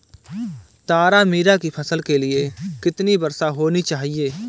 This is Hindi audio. तारामीरा की फसल के लिए कितनी वर्षा होनी चाहिए?